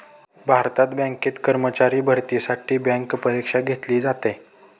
भारतात बँकेत कर्मचारी भरतीसाठी बँक परीक्षा घेतली जाते